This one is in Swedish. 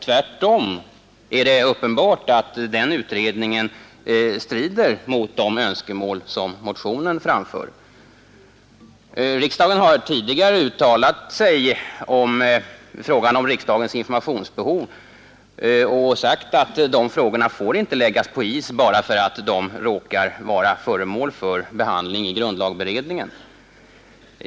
Tvärtom är det uppenbart att den utredningen strider mot de önskemål som motionen framför. Riksdagen har tidigare uttalat sig om frågan om riksdagens informationsbehov och sagt att den inte får läggas på is bara för att den råkar vara föremål för behandling i grundlagberedningen.